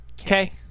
okay